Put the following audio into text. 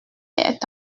est